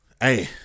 Hey